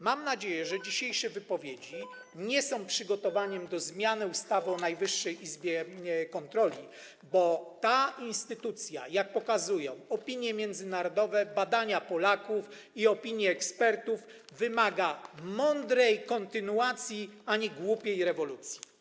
Mam nadzieję, że dzisiejsze wypowiedzi nie są przygotowaniem do zmiany ustawy o Najwyższej Izbie Kontroli, bo ta instytucja, jak pokazują opinie międzynarodowe, badania Polaków i opinie ekspertów, wymaga mądrej kontynuacji, a nie głupiej rewolucji.